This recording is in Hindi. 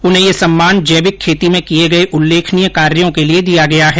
उन्हें यह सम्मान जैविक खेती में किये गये उल्लेखनीय कार्यों के लिये दिया गया है